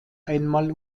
einmal